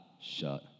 shut